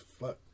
fuck